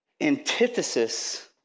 antithesis